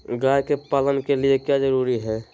गाय के पालन के लिए क्या जरूरी है?